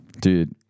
Dude